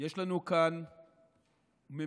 יש לנו כאן ממשלה